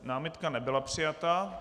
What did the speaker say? Námitka nebyla přijata.